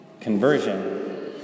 conversion